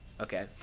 Okay